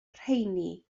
rheini